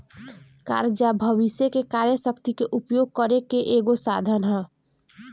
कर्जा भविष्य के कार्य शक्ति के उपयोग करे के एगो साधन ह